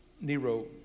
Nero